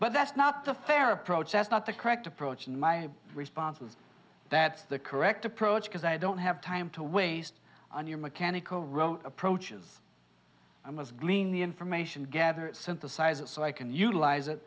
but that's not the fair approach that's not the correct approach and my response was that's the correct approach because i don't have time to waste on your mechanical rote approaches i was glean the information gather synthesize it so i can utilize it